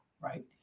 right